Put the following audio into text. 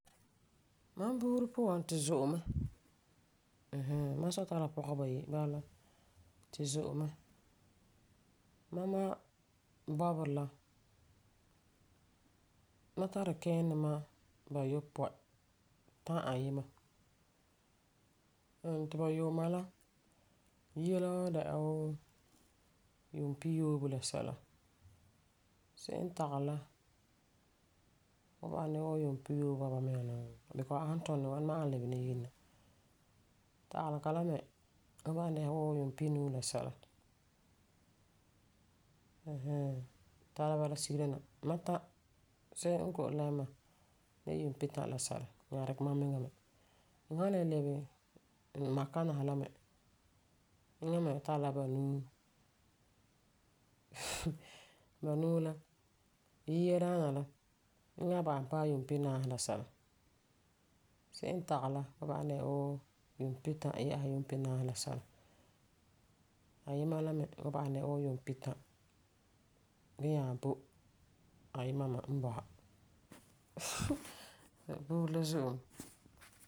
Mam buuri puan tu zo'e mɛ. Mm, hmm ma sɔ tari la pɔgeba bagi bala la tu zo'e mɛ. Mam ma bɔberɛ la ma tari kiinduma Buyopɔi tã ayima. Ɛɛn, ti ba yuuma, yia la wan dɛna wuu yuumpiyoobi la sɛla. Se'em n tagelɛ la wan ba'asum dɛna yiumpiyoobi bɔba mia nuu beni zuo a san tuni ni ŋwana ma'a a wan ba'asum lebe ni yire na. Tagelega la me wan ba'asum dɛna wuu yuumpinuu la sɛla ɛɛn hɛɛn. Tara bala sigera na. Ma tã se'em n kɔ'ɔm lɛm ma de la yuumpitã la sɛla nyaa dikɛ mamiŋa me. Fu san le lebe n ma kana sa la me, eŋa me tari la banuu. banuu la, yia daana la wan ba'asum paɛ yuunpinaasi la sɛla Ayima la wan ba'asum dɛna wuu yuumpitã gee nyaa bo ayima me n boi sa. buuri la zo'e mɛ